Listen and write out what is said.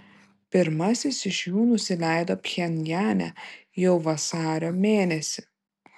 pirmasis iš jų nusileido pchenjane jau vasario mėnesį